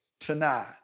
tonight